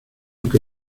que